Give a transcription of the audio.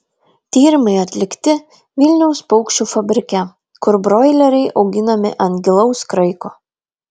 tyrimai atlikti vilniaus paukščių fabrike kur broileriai auginami ant gilaus kraiko